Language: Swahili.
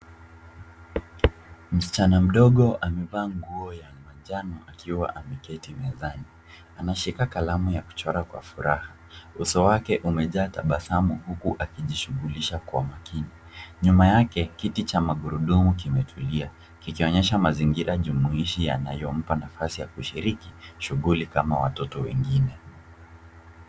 Msichana mdogo amevaa nguo ya manjano akiwa ameketi mezani. Anashika kalamu ya kuchora kwa furaha. Uso wake umejaa tabasamu huku akijishughulisha kwa makini. Nyuma yake, kiti cha magurumu kimetulia kikionyesha mazingira jumuhishi yanayompa nafasi ya kushiriki shughuli kama watoto wengine.